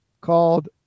called